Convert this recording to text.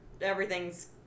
everything's